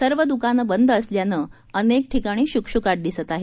सर्व द्काने बंद असल्याने अनेक ठिकाणी शुकशुकाट दिसत आहे